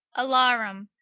alarum.